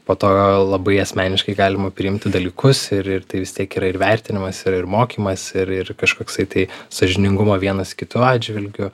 po to labai asmeniškai galima priimti dalykus ir ir tai vis tiek yra ir vertinimas yra ir mokymas ir ir kažkoksai tai sąžiningumo vienas kitų atžvilgiu